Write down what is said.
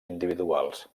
individuals